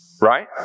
right